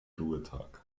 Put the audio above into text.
ruhetag